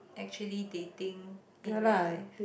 actually dating in real life